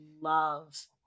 love